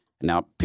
Now